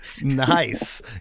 Nice